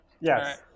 Yes